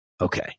Okay